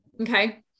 Okay